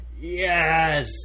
yes